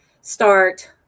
start